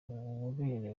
ububobere